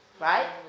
right